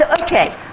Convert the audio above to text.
okay